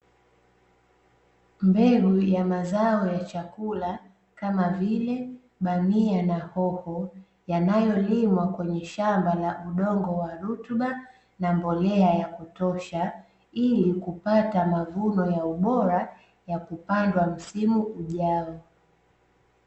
Mbegu ya mazao ya chakula kama vile bamia na hoho yanayolimwa kwenye shamba la udongo wa rutuba na mbolea ya kutosha, ili kupata mavuno ya ubora ya kupandwa msimu ujao.